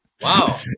Wow